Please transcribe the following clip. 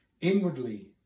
inwardly